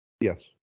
Yes